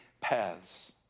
paths